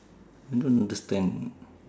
I don't understand